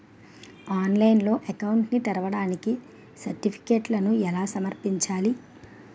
ఆన్లైన్లో అకౌంట్ ని తెరవడానికి సర్టిఫికెట్లను ఎలా సమర్పించాలి?